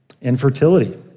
Infertility